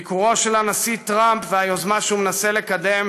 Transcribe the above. ביקורו של הנשיא טראמפ והיוזמה שהוא מנסה לקדם